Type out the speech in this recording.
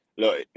Look